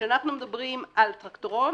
כשאנחנו מדברים על טרקטורון,